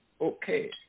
okay